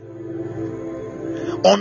on